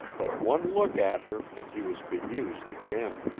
but one look at her and he was bemused again.